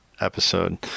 episode